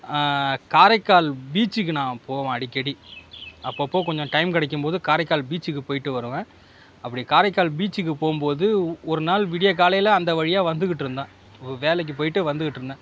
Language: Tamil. காரைக்கால் பீச்சிக்கு நான் போவேன் அடிக்கடி அப்பப்போ டைம் கிடைக்கும் போது காரைக்கால் பீச்சிக்கு போயிட்டு வருவேன் அப்படி காரைக்கால் பீச்சிக்கி போகும்போது ஒருநாள் விடியக்காலையில் அந்த வழியாக வந்துக்கிட்டு இருந்தேன் வேலைக்கு போயிட்டு வந்துக்கிட்டு இருந்தேன்